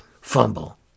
fumble